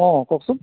অ কওকচোন